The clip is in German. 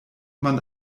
man